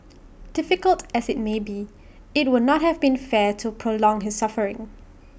difficult as IT may be IT would not have been fair to prolong his suffering